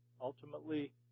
Ultimately